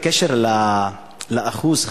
בקשר לאחוז,